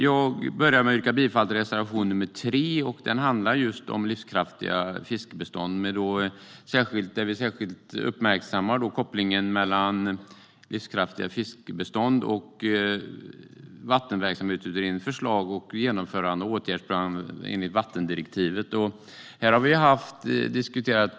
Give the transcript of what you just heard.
Jag vill inleda med att yrka bifall till reservation nr 3 som handlar just om livskraftiga fiskbestånd där vi särskilt vill uppmärksamma kopplingen mellan livskraftiga fiskbestånd, Vattenverksamhetsutredningens förslag och genomförandeåtgärdsplan enligt vattendirektivet.